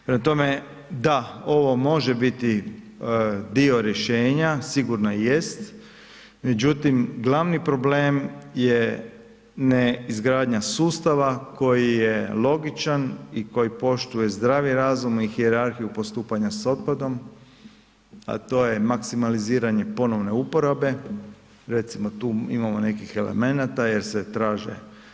Prema tome, da, ovo može biti dio rješenja, sigurno i jest međutim glavni problem je neizgradnja sustava koji je logičan i koji poštuje zdrav razumi i hijerarhiju postupanja sa otpadom a to je maksimaliziranje ponovne uporabe, recimo tu imamo nekih elemenata jer se traže.